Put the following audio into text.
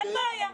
אין בעיה,